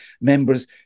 members